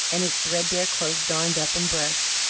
and his threadbare clothes darned up and brushed,